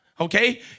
okay